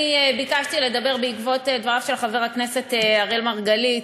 אני ביקשתי לדבר בעקבות דבריו של חבר הכנסת אראל מרגלית.